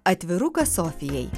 atvirukas sofijai